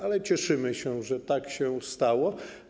Ale cieszymy się, że tak się stało.